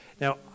Now